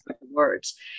words